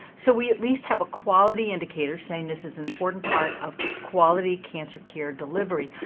so we at least have a quality indicator saying this is an important part of quality cancer care delivery,